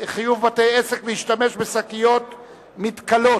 חיוב בתי-עסק להשתמש בשקיות מתכלות,